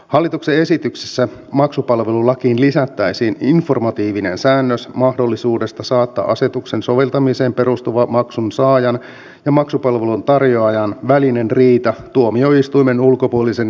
hallituksen esityksessä maksupalvelulakiin lisättäisiin informatiivinen säännös mahdollisuudesta saattaa asetuksen soveltamiseen perustuva maksunsaajan ja maksupalveluntarjoajan välinen riita tuomioistuimen ulkopuolisen riidanratkaisuelimen ratkaistavaksi